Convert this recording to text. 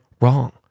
wrong